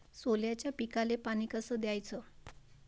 सोल्याच्या पिकाले पानी कस द्याचं?